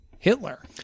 Hitler